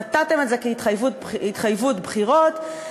נתתם את זה כהתחייבות בחירות,